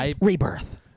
Rebirth